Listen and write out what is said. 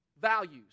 values